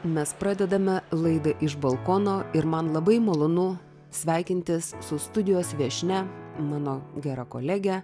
mes pradedame laidą iš balkono ir man labai malonu sveikintis su studijos viešnia mano gera kolege